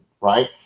right